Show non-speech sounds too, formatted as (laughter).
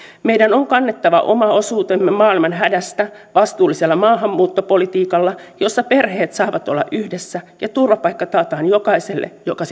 meidän on kannettava oma osuutemme maailman hädästä vastuullisella maahanmuuttopolitiikalla jossa perheet saavat olla yhdessä ja turvapaikka taataan jokaiselle joka (unintelligible)